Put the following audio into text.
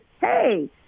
hey